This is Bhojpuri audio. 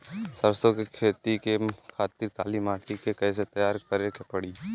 सरसो के खेती के खातिर काली माटी के कैसे तैयार करे के पड़ी?